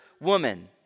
woman